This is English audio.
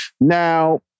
Now